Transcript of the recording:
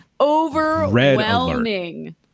Overwhelming